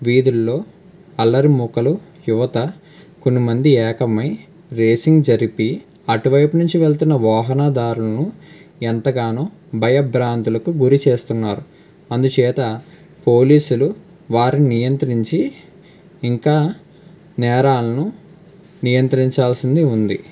వీధుల్లో అల్లరి మూకలు యువత కొంతమంది ఏకమై రేసింగ్ జరిపి అటువైపు నుంచి వెళ్తున్నా వాహనదారులను ఎంతగానో భయభ్రాంతులకు గురి చేస్తున్నారు అందుచేత పోలీసులు వారిని నియంత్రించి ఇంకా నేరాలను నియంత్రించాల్సి ఉంది